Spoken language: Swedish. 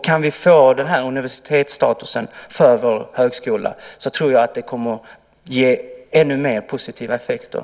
Kan vi få den här universitetsstatusen för vår högskola tror jag att det kommer att ge ännu mer positiva effekter.